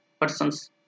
persons